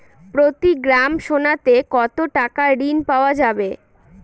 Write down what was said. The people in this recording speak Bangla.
প্রতি গ্রাম সোনাতে কত টাকা ঋণ পাওয়া যাবে?